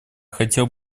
хотел